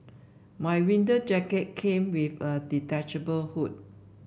my winter jacket came with a detachable hood